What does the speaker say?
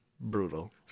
brutal